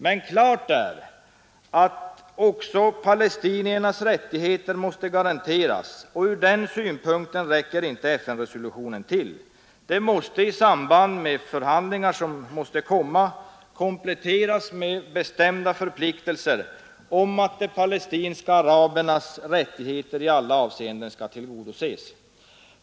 Men klart är att också palestiniernas rättigheter måste garanteras, och från den synpunkten räcker inte FN-resolutionen till. Den måste, i samband med de förhandlingar som måste komma, kompletteras med bestämda förpliktelser att tillgodose de palestinska arabernas rättigheter i alla avseenden.